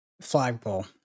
flagpole